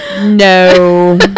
no